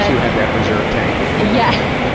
ah you have that reserve tank. yeah.